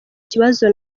kibazo